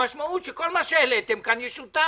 המשמעות היא שכל מה שהעליתם כאן ישותק,